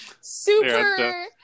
super